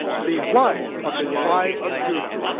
the lion of the tribe of judah.